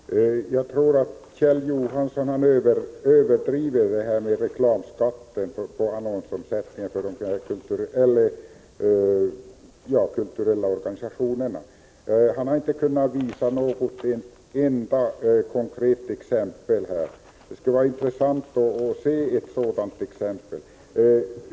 Herr talman! Jag tror att Kjell Johansson överdriver detta med reklamskatten på annonsomsättningen för de kulturella organisationerna. Han har inte kunnat visa ett enda konkret exempel på att det är ett problem. Det skulle vara intressant att få ett sådant exempel.